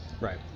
Right